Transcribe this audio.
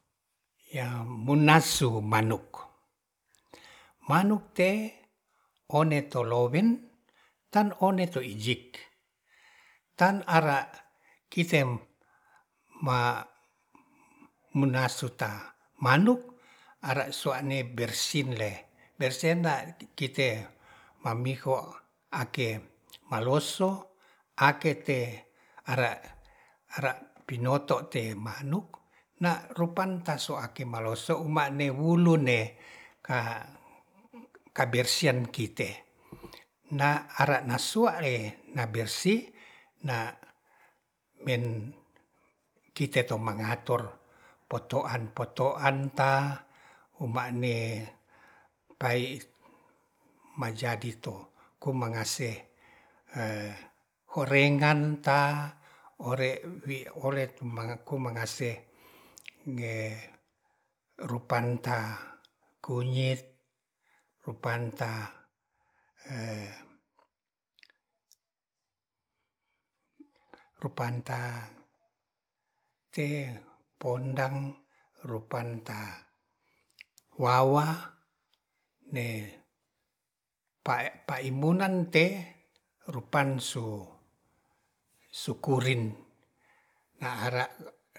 Ya munasu manuk, manuk te'e one to lowen tan one to ijik tan ara kite ma munasuta manuk ara sua'ne bersih le bersih nda kite mamiho ake maloso ake te ara ara pinoto te manuk na rupantas soake maloso ma'ne wulun ne ka kabersian kite na ara na suale na bersih na men kite tomangator potoan-potoan ta uma'ne pai majadi to komangas orengan ta ore wi ore mangaku mangase e rupanta kunyit e rupanta te pondang rupanta wawah ne pae paimbunan te rupansu sukurin na ara